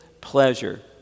pleasure